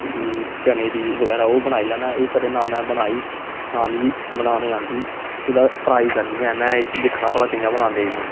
चने दी बगैरा ओह् बनाई लैन्ना एह् कदें ना में बनाई ना मिगी बनाने आंदी कुदै ट्राई करनी ऐ में इसी दिक्खना भला कि'यां बनांदे